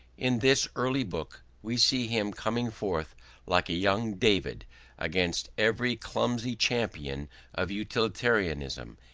in this early book we see him coming forth like a young david against every clumsy champion of utilitarianism,